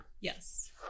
Yes